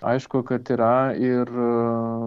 aišku kad yra ir